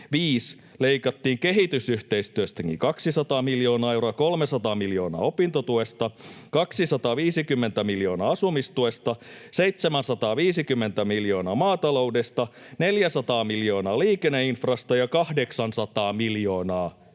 95 leikattiin kehitysyhteistyöstäkin 200 miljoonaa, 300 miljoonaa opintotuesta, 250 miljoonaa asumistuesta, 750 miljoonaa maataloudesta, 400 miljoonaa liikenneinfrasta ja 800 miljoonaa